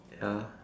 ya